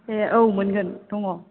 ए औ मोनगोन दङ